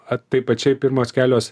ar tai pačiai pirmos kelios